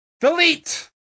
Delete